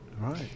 Right